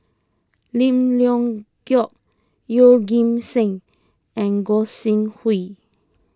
Lim Leong Geok Yeoh Ghim Seng and Gog Sing Hooi